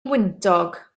wyntog